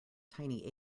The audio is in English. tiny